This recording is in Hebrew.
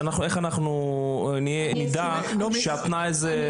איך אנחנו נדע שהתנאי הזה,